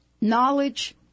knowledge